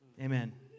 Amen